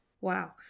Wow